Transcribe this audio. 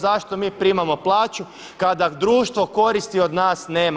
Zašto mi primamo plaću kada društvo koristi od nas nema?